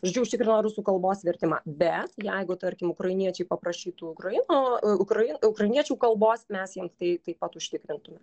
žodžiu užtikrino rusų kalbos vertimą bet jeigu tarkim ukrainiečiai paprašytų ukraino ukrain ukrainiečių kalbos mes jiems tai taip pat užtikrintume